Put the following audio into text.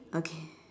okay